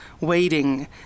waiting